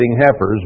heifers